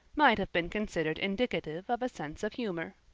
might have been considered indicative of a sense of humor.